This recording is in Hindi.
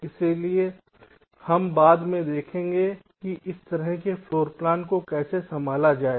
इसलिए हम बाद में देखेंगे कि इस तरह के फ्लोरप्लान को कैसे संभाला जाए सही